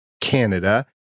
Canada